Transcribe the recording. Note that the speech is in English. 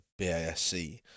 BASC